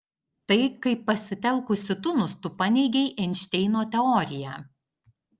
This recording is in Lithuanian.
tai kaip pasitelkusi tunus tu paneigei einšteino teoriją